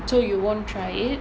so you won't try it